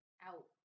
out